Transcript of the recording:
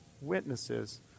witnesses